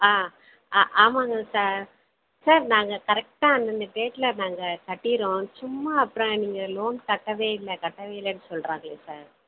ஆ ஆ ஆமாங்க sir sir நாங்கள் கரெக்டாக அன்றன்ய டேட்டில் நாங்கள் கட்டிடறோம் சும்மா அப்புறம் நீங்கள் லோன் கட்டவே இல்லை கட்டவே இல்லைன்னு சொல்றாங்களே சார்